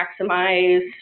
maximize